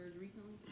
recently